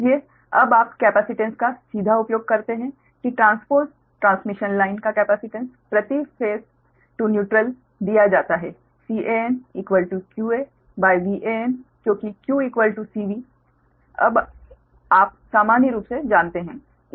इसलिए अब आप कैपेसिटेंस का सीधे उपयोग कर सकते हैं कि ट्रांसपोस ट्रांसमिशन लाइन का कैपेसिटेंस प्रति फेस टू न्यूट्रल दिया जाता है CanqaVan क्योंकि q C V आप सामान्य रूप से जानते हैं